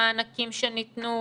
המענקים שניתנו.